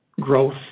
growth